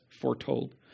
foretold